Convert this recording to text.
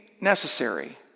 necessary